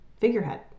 figurehead